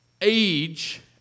age